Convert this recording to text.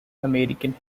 american